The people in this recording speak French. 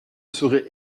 serait